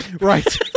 Right